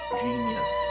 genius